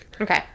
Okay